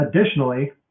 Additionally